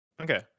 Okay